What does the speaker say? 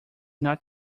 not